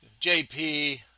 JP